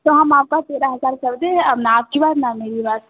तो हम आपका चौदह हज़ार कर दे अब ना आपकी बात ना मेरी बात